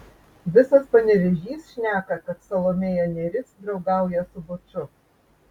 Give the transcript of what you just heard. visas panevėžys šneka kad salomėja nėris draugauja su buču